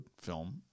film